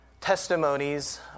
testimonies